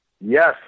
Yes